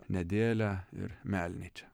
nedėlia ir melnyčia